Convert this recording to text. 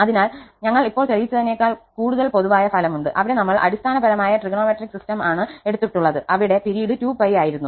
അതിനാൽ തിയറം ഞങ്ങൾ ഇപ്പോൾ തെളിയിച്ചതിനേക്കാൾ കൂടുതൽ പൊതുവായ ഫലമുണ്ട് അവിടെ ഞങ്ങൾ അടിസ്ഥാന പരമായ ത്രികോണമെട്രിക് സിസ്റ്റം ആണ് എടുത്തിട്ടുണ്ട് അവിടെ കാലഘട്ടം 2π ആയിരുന്നു